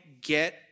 get